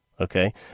okay